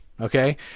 Okay